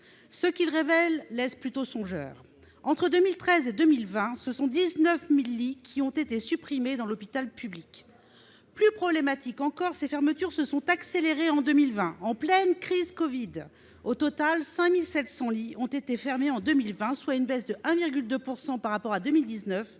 ce document laisse plutôt songeur : entre 2013 et 2020, ce sont 19 000 lits qui ont été supprimés à l'hôpital public. Plus problématique encore, ces fermetures se sont accélérées en 2020, en pleine crise du covid : au total, 5 700 lits ont été fermés cette année-là, soit une baisse de 1,2 % par rapport à 2019,